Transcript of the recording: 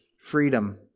Freedom